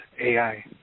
AI